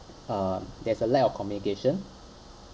um there's a lack of communication